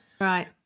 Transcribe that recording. right